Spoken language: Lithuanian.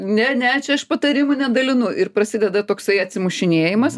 ne ne čia aš patarimų nedalinu ir prasideda toksai atsimušinėjimas